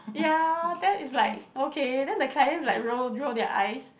ya then is like okay then the clients like roll roll their eyes